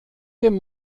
dem